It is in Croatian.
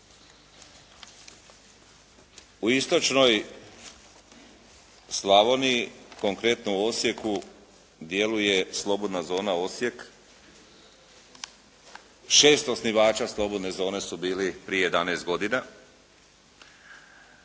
U istočnoj Slavoniji, konkretno u Osijeku djeluje slobodna zona Osijek. Šest osnivača slobodne zone su bili prije 11 godina.